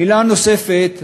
מילה נוספת,